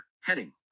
heading